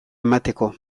emateko